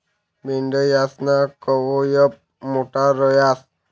मेंढयासना कयप मोठा रहास